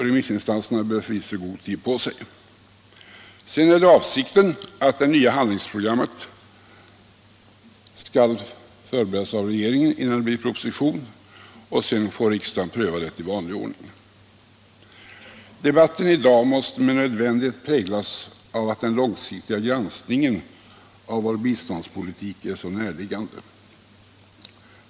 Remissinstanserna behöver förvisso god tid på sig. Sedan är avsikten att det nya handlingsprogrammet skall förberedas av regeringen, innan det blir proposition. Sedan får riksdagen pröva ärendet i vanlig ordning. Debatten i dag måste med nödvändighet präglas av att den långsiktiga granskningen av vår biståndspolitik är så näraliggande.